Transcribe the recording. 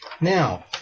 Now